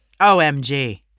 Omg